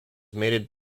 mated